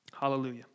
Hallelujah